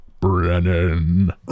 Brennan